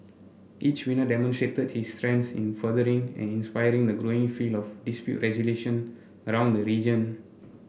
each winner demonstrated his strengths in furthering and inspiring the growing field of dispute resolution around the region